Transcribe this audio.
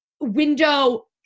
window